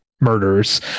murders